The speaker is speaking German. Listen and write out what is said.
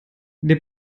der